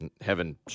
heaven